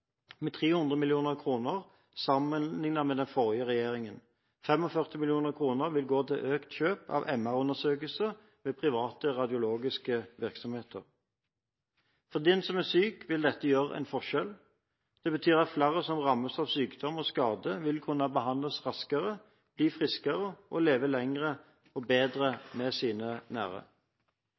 med 300 mill. kr sammenliknet med den forrige regjeringen. 45 mill. kr vil gå til økt kjøp av MR-undersøkelser ved private radiologiske virksomheter. For den som er syk, vil dette gjøre en forskjell. Det betyr at flere som rammes av sykdom og skader, vil kunne behandles raskere, bli friskere og leve lenger og bedre med sine nære.